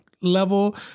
level